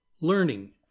Learning